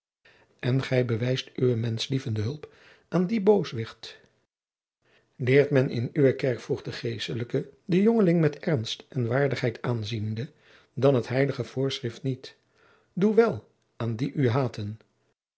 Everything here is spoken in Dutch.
en gij bewijst uwe menschlievende hulp aan dien booswicht leert men in uwe kerk vroeg de geestelijke den jongeling met ernst en waardigheid aanziende dan het heilige voorschrift niet doe wel aan die u haten